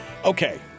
Okay